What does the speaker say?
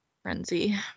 frenzy